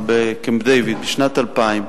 בקמפ-דייוויד בשנת 2000,